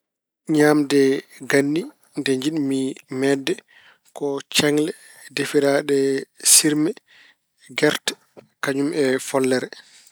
Ñaamde ganni nde njiɗmi meeɗde ko ceŋle defiraaɗe sirme, gerte kañum e follere.